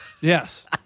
Yes